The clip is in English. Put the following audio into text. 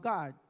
God